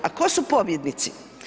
A tko su pobjednici?